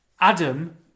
Adam